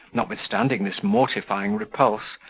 notwithstanding this mortifying repulse,